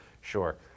Sure